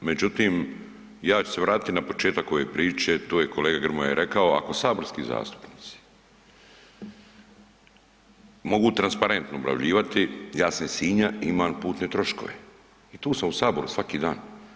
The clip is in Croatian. Međutim, ja ću se vratiti na početak ove priče, to je kolega Grmoja i rekao, ako saborski zastupnici mogu transparentno objavljivati, ja sam iz Sinja imam putne troškove i tu sam u saboru svaki dan.